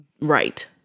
right